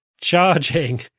charging